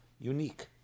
unique